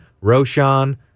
Roshan